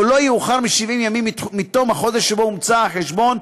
או לא יאוחר מ-70 ימים מתום החודש שבו הומצא החשבון,